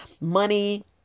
money